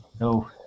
No